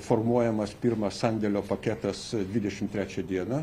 formuojamas pirmas sandėlio paketas dvidešimt trečią dieną